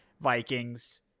Vikings